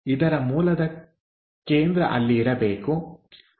ಇದರ ಮೂಲದ ಕೇಂದ್ರ ಅಲ್ಲಿ ಇರಬೇಕು